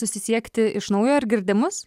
susisiekti iš naujo ar girdi mus